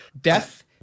death